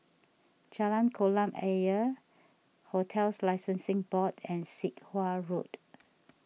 Jalan Kolam Ayer Hotels Licensing Board and Sit Wah Road